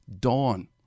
Dawn